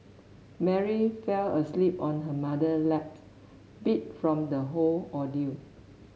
Mary fell asleep on her mother lap beat from the whole ordeal